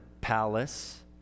palace